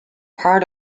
part